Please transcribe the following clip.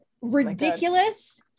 ridiculous